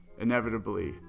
Inevitably